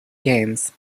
games